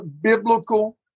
biblical